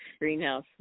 Greenhouse